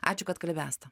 ačiū kad kalbi asta